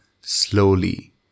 slowly